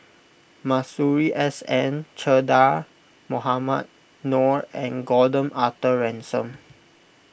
Masuri S N Che Dah Mohamed Noor and Gordon Arthur Ransome